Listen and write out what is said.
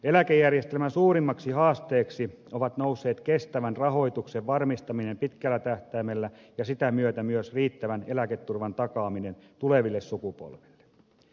eläkejärjestelmän suurimmaksi haasteeksi on noussut kestävän rahoituksen varmistaminen pitkällä tähtäimellä ja sitä myötä myös riittävän eläketurvan takaaminen tuleville sukupolville